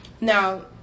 Now